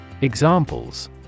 Examples